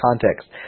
context